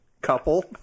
couple